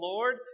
Lord